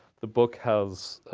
the book has